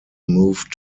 moved